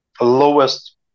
lowest